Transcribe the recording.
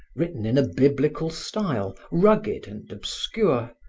written in a biblical style, rugged and obscure,